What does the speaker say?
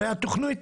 הרי התכנית